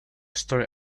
story